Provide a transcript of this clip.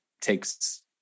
takes